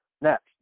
next